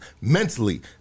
mentally